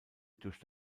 durch